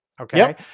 okay